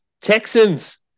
Texans